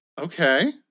okay